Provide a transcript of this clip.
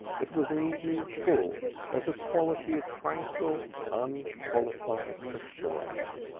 it was an evening full of the quality of tranquil, unqualified assurance.